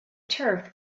turf